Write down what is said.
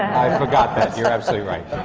i forgot that, you're absolutely right!